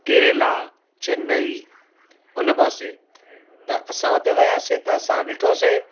केरला चेन्नई हुन पासे त असां हुते वियासीं त असां ॾिठोसीं